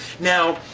now,